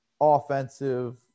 offensive